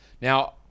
Now